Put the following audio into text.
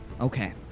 Okay